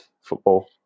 football